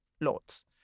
lots